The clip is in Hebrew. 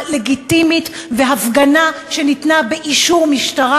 לגיטימית והפגנה שניתן לה אישור המשטרה,